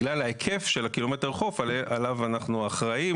בגלל ההיקף של קילומטר החוף עליו אנחנו אחראיים,